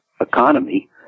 economy